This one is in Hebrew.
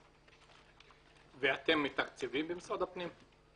עבד אל חכים חאג' יחיא (הרשימה המשותפת): ואתם מתקצבים במשרד הפנים?